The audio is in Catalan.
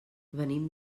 venim